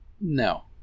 No